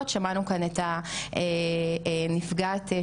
ובמישור השני כמובן רשויות האכיפה והטיפול.